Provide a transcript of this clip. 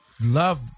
love